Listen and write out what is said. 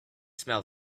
smell